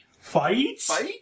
fights